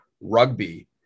rugby